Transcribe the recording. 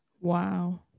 Wow